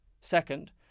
Second